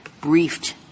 briefed